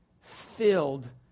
filled